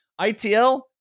ITL